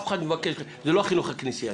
זה לא החינוך הכנסייתי.